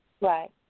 Right